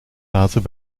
laten